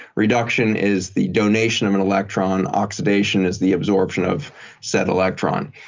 reduction is the donation of an electron. oxidation is the absorption of said electron.